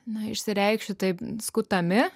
na išsireikšti taip skutami